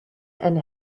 and